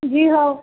جی ہَو